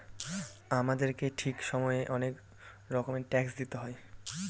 আমাদেরকে ঠিক সময়ে অনেক রকমের ট্যাক্স দিতে হয়